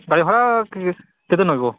ଗାଡ଼ି ଭଡ଼ା କେତେ ନେବ